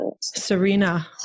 Serena